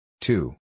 Two